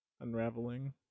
unraveling